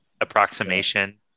approximation